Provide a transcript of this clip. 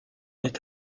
est